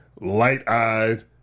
light-eyed